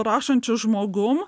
rašančiu žmogum